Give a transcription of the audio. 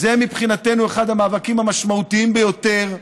מבחינתנו, זה אחד המאבקים המשמעותיים ביותר,